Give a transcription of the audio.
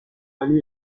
aller